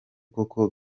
koko